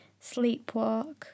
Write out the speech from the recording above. Sleepwalk